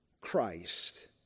Christ